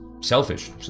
selfish